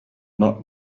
not